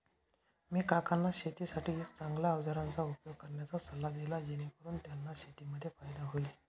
मी काकांना शेतीसाठी एक चांगल्या अवजारांचा उपयोग करण्याचा सल्ला दिला, जेणेकरून त्यांना शेतीमध्ये फायदा होईल